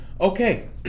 Okay